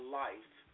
life